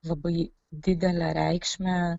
labai didelę reikšmę